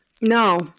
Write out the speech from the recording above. No